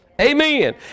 Amen